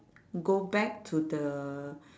go back to the